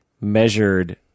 measured